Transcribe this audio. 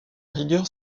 rigueur